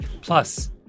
Plus